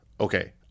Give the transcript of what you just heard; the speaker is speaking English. okay